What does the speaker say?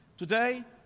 today,